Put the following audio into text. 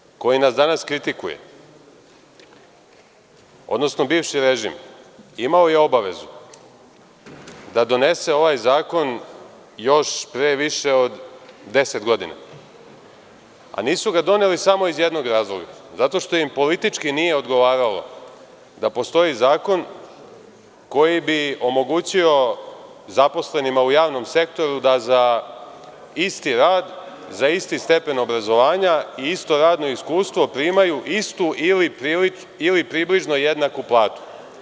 Novi DOS, koji nas danas kritikuje, odnosno bivši režim, imao je obavezu da donese ovaj zakon još pre više od 10 godina, a nisu ga doneli samo iz jednog razloga, zato što im politički nije odgovaralo da postoji zakon koji bi omogućio zaposlenima u javnom sektoru da za isti rad, za isti stepen obrazovanja i isto radno iskustvo primaju istu ili približno jednaku platu.